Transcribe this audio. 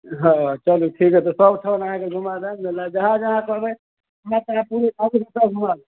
हँ चलु ठीक अइ तऽ सबठन आहाँके घुमा देब मेला जहाँ जहाँ कहबै तहाँ तहाँ पूरा अन्त तक घुमा देब